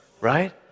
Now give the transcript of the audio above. right